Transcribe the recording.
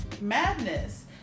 madness